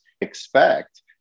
expect